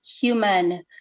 human